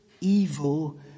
evil